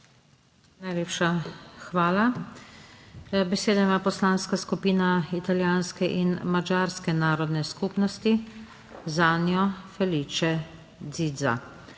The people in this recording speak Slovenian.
Najlepša hvala. Besedo ima Poslanska skupina Italijanske in madžarske narodne skupnosti, zanjo Felice Ziza.